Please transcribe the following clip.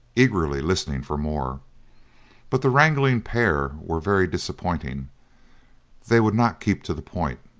eagerly listening for more but the wrangling pair were very disappointing they would not keep to the point.